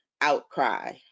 outcry